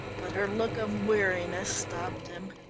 but her look of weariness stopped him.